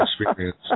experience